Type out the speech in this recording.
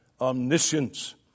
omniscience